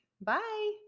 Bye